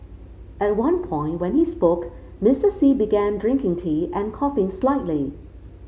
at one point when he spoke Mister Xi began drinking tea and coughing slightly